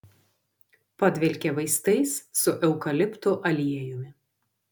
padvelkė vaistais su eukaliptų aliejumi